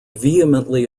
vehemently